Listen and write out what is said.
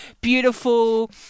beautiful